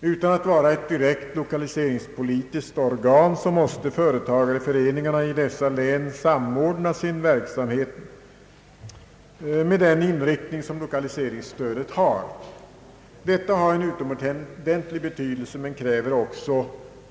Utan att vara ett direkt lokaliseringspolitiskt organ måste företagareföreningarna i dessa län samordna sin verksamhet med den inriktning som lokaliseringsstödet har. Detta har en utomordentlig betydelse men kräver